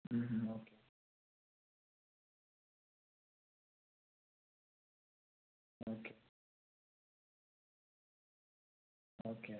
okay okay okay okay